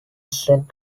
sent